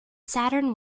saturn